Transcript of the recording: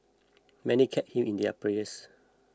many kept him in their prayers